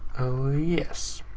oh yes.